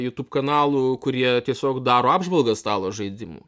youtube kanalų kurie tiesiog daro apžvalgas stalo žaidimų